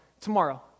tomorrow